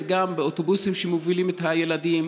גם באוטובוסים שמובילים את הילדים.